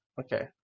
Okay